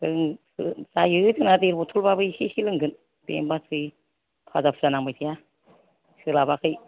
ओं जायो जोंना देर बथ'लबाबो एसे एसे लोंगोन बेनोबा थोयो भाजा फुजा नांबाय थाया सोलाबाखै